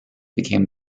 became